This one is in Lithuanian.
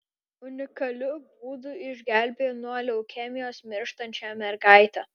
unikaliu būdu išgelbėjo nuo leukemijos mirštančią mergaitę